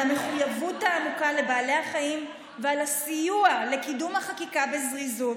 על המחויבות העמוקה לבעלי החיים ועל הסיוע בקידום החקיקה בזריזות,